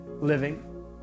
living